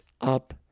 up